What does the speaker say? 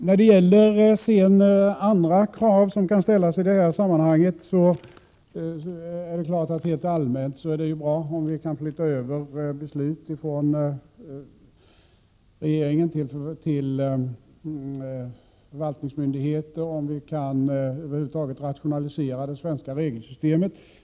Vad beträffar andra krav som kan ställas i det här sammanhanget är det klart att helt allmänt är det bra om vi kan flytta över beslut från regeringen till förvaltningsmyndigheter, om vi kan över huvud taget rationalisera det svenska regelsystemet.